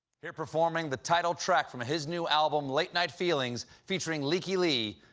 here performing the title track from his new album late night feelings, featuring leaky lee,